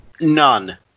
None